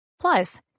Plus